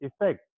effect